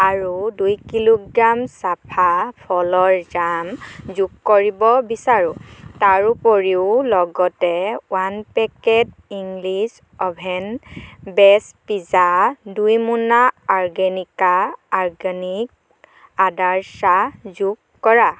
আৰু দুই কিলোগ্ৰাম চাফা ফলৰ জাম যোগ কৰিব বিচাৰোঁ তাৰোপৰিও লগতে এক packet English oven base pizza দুই মোনা অর্গেনিকা অর্গেনিক আদাৰ চাহ যোগ কৰা